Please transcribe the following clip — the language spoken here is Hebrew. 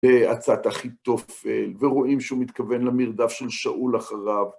עצת אחיתופל, ורואים שהוא מתכוון למרדף של שאול אחריו.